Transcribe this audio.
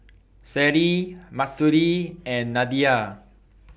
Seri Mahsuri and Nadia